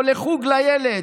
לחוג לילד,